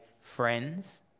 friends